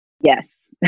Yes